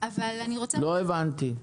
לא הבנתי.